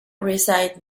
reside